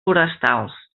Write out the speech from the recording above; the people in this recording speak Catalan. forestals